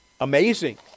amazing